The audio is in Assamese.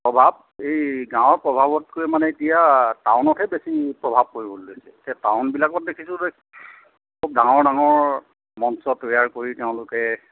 প্ৰভাৱ এই গাঁৱৰ প্ৰভাৱতকৈ মানে এতিয়া টাউনতহে বেছি প্ৰভাৱ পৰিবলৈ লৈছে এতিয়া টাউনবিলাকত দেখিছোঁ খুব ডাঙৰ ডাঙৰ মঞ্চ তৈয়াৰ কৰি তেওঁলোকে